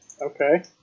Okay